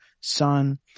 Son